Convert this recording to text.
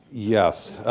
yes.